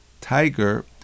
Tiger